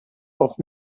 auch